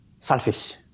selfish